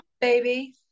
baby